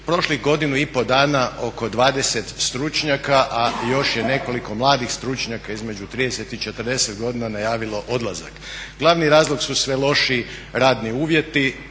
prošlih godinu i pol dana oko 20 stručnjaka, a još je nekoliko mladih stručnjaka između 30 i 40 godina najavilo odlazak. Glavni razlog su sve lošiji radni uvjeti,